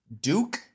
Duke